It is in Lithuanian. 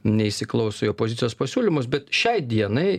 neįsiklauso į opozicijos pasiūlymus bet šiai dienai